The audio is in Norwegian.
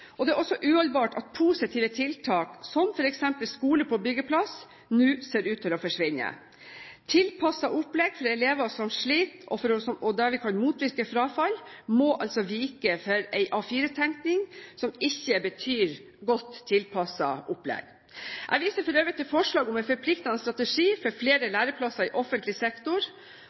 og det er også uholdbart at positive tiltak, som f.eks. Skole på byggeplass, nå ser ut til å forsvinne. Tilpasset opplegg for elever som sliter, og der vi kan motvirke frafall, må altså vike for en A4-tenkning som ikke betyr godt tilpasset opplegg. Jeg viser for øvrig til forslag om en forpliktende strategi for flere lærlingplasser i offentlig sektor,